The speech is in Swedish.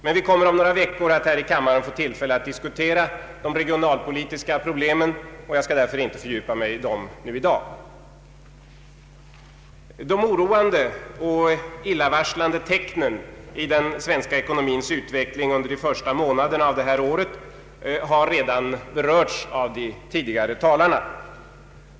Men vi kommer om några veckor att här i kammaren få tillfälle att diskutera de regionalpolitiska problemen, och jag skall därför inte fördjupa mig i dem nu. De oroande och illavarslande tecknen i den svenska ekonomins utveckling under de första månaderna i år har redan berörts av de tidigare talarna.